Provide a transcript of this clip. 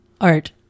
art